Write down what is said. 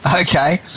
Okay